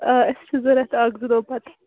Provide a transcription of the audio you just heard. آ اَسہِ چھِ ضروٗرت اَکھ زٕ دۄہ پتہٕ